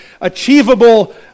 achievable